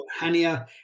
Hania